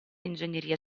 ingegneria